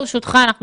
ברשותך, אנחנו